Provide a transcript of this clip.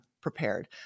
prepared